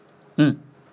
mm